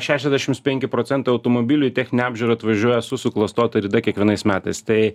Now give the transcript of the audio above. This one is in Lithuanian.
šešiasdešims penki procentai automobilių į techninę apžiūrą atvažiuoja su suklastota rida kiekvienais metais tai